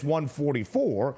144